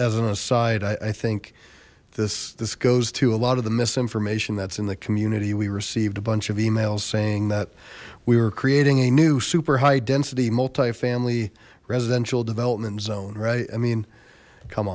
as an aside i think this this goes to a lot of the misinformation that's in the community we received a bunch of emails saying that we were creating a new super high density multi family residential development zone right i mean come